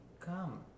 come